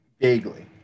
Vaguely